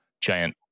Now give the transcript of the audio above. giant